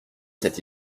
cette